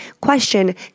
question